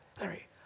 Larry